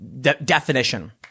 definition